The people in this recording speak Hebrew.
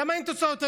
למה אין תוצאות היום?